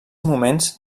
moments